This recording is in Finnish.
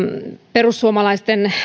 perussuomalaisten